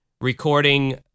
recording